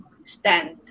stand